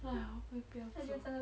哇我会不要做